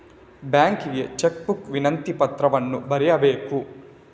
ಬ್ಯಾಂಕಿಗೆ cheque book ವಿನಂತಿ ಪತ್ರವನ್ನು ಬರೆಯಬೇಕು